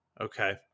Okay